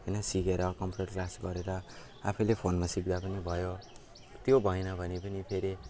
होइन सिकेर computer class गरेर आफैले फोनमा सिक्दा पनि भयो त्यो भएन भने पनि फेरि